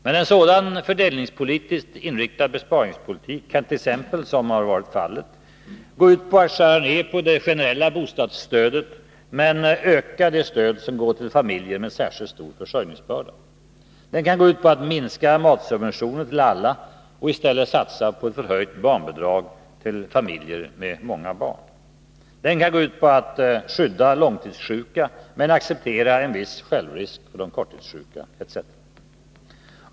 Men en sådan kan gälla t.ex. att skära ned på det generella bostadsstödet men öka stödet som går till familjer med särskilt stor försörjningsbörda. Den kan gå ut på att minska matsubventioner till alla och i stället satsa på ett förhöjt barnbidrag för familjer med många barn. Den kan gå ut på att skydda långtidssjuka, men acceptera en viss självrisk för de kortidssjuka etc.